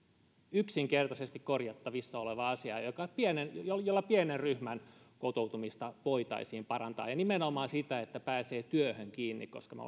yksinkertaisesti korjattavissa oleva asia jolla pienen ryhmän kotoutumista voitaisiin parantaa ja nimenomaan sitä että pääsee työhön kiinni minä luulen että me